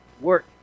Work